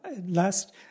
Last